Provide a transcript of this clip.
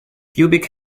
pubic